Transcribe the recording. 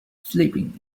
sleeping